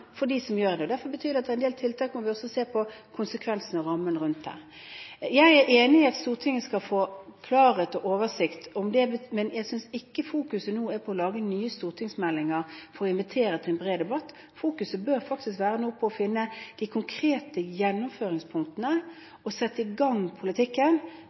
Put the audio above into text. som gjør det. Det betyr at en del tiltak må vi også se på konsekvensene av og rammen rundt. Jeg er enig i at Stortinget skal få klarhet og oversikt, men jeg synes ikke fokuset nå er på å lage nye stortingsmeldinger for å invitere til en bred debatt. Fokuset bør faktisk nå være på å finne de konkrete gjennomføringspunktene og sette i gang politikken,